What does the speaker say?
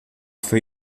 für